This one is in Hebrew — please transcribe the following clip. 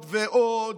ועוד,